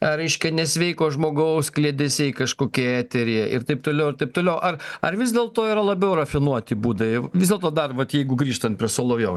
reiškia nesveiko žmogaus kliedesiai kažkokie eteryje ir taip toliau ir taip toliau ar ar vis dėlto yra labiau rafinuoti būdai vis dėlto dar vat jeigu grįžtant prie solovjovo